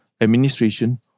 Administration